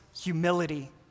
humility